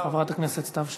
חברת הכנסת סתיו שפיר,